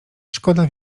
szkoda